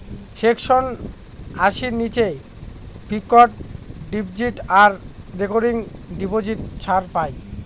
section আশির নীচে fixed deposit আর রেকারিং ডিপোজিট ছাড় পাই